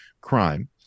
crime